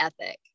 ethic